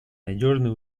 надежный